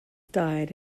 died